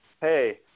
Hey